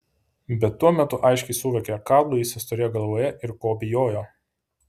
bet tuo metu aiškiai suvokė ką luisas turėjo galvoje ir ko bijojo